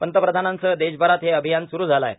पंतप्रधानांसह देशभरात हे र्आभयान सुरु झालं आहे